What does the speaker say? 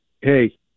hey